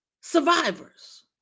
survivors